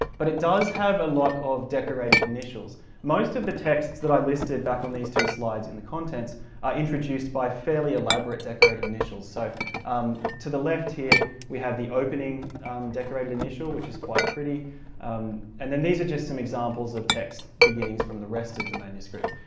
but it does have a lot of decorated initials most of the texts that i listed back on these two slides in the contents are introduced by fairly elaborate decorated initials. so um to the left here we have the opening decorated initial which is quite pretty and then these are just some examples of text beginnings from the rest of the manuscript.